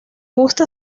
gusta